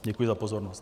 Děkuji za pozornost.